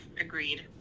Agreed